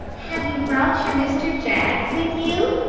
have you brought your mr. jaggs with you?